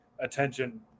attention